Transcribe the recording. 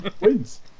wins